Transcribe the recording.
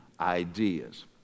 ideas